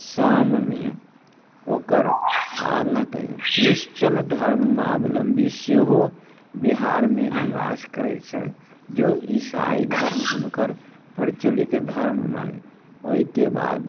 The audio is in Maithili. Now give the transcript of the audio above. शाममे ओकर अन्नके क्रिश्चन धर्मावलम्बी सेहो बिहारमे निवास करै छथि जो ईसाइ धर्म हुनकर प्रचलित धर्ममे ओइके बाद